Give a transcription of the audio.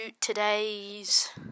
today's